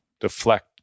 Deflect